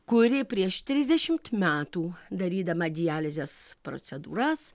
kuri prieš trisdešimt metų darydama dializės procedūras